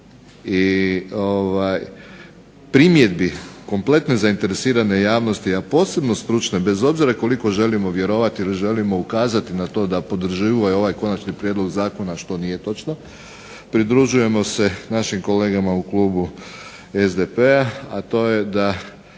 i primjedbi kompletne zainteresirane javnosti, a posebno stručne bez obzira koliko želimo vjerovati ili želimo ukazati na to da podrže ovaj prijedlog zakona što nije točno, pridružujemo se našim kolegama u Klubu SDP-a, a to je da